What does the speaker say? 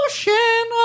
Ocean